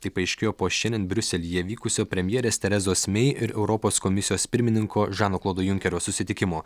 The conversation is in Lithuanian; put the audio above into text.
tai paaiškėjo po šiandien briuselyje vykusio premjerės terezos mei ir europos komisijos pirmininko žano klodo junkerio susitikimo